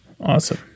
awesome